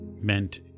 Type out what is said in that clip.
meant